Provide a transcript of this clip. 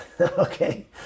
okay